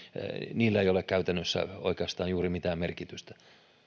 sillä ei ole käytännössä oikeastaan juuri mitään merkitystä